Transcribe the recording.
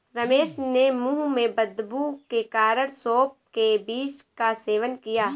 रमेश ने मुंह में बदबू के कारण सौफ के बीज का सेवन किया